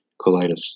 colitis